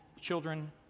children